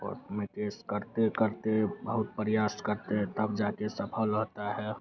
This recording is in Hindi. कोर्ट में केस करते करते बहुत प्रयास करते हैं तब जाकर सफल रहता है